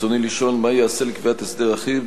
רצוני לשאול: מה ייעשה לקביעת הסדר אחיד